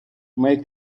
make